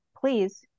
Please